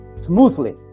smoothly